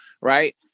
right